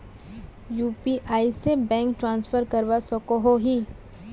UPI से bank transfer करवा सकोहो ही?